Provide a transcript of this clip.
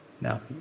Now